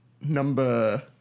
number